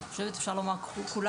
ואני חושבת שאפשר לומר שכולן,